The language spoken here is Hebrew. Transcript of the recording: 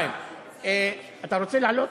אז לא נצביע.